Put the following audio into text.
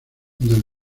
del